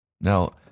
Now